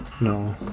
No